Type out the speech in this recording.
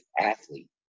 athlete